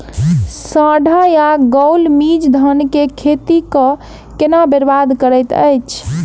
साढ़ा या गौल मीज धान केँ खेती कऽ केना बरबाद करैत अछि?